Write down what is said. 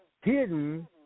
hidden